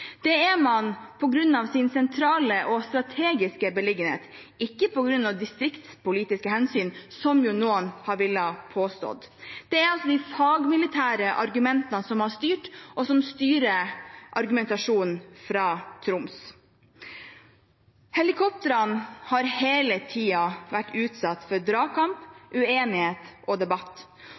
Det er på grunn av sin sentrale og strategiske beliggenhet, ikke på grunn av distriktspolitiske hensyn, som noen har villet påstå. Det er altså de fagmilitære argumentene som har styrt, og som styrer argumentasjonen fra Troms. Helikoptrene har hele tiden vært utsatt for dragkamp, uenighet og debatt.